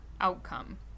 outcome